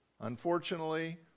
Unfortunately